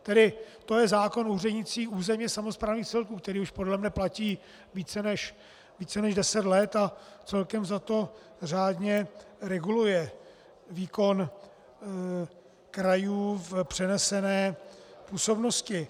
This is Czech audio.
Tedy to je zákon o úřednících územně samosprávných celků, který už podle mne platí více než deset let a celkem vzato řádně reguluje výkon krajů v přenesené působnosti.